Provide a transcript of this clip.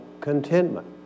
contentment